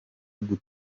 gutuza